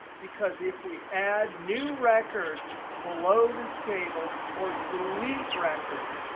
because if we add new records below this table or delete records,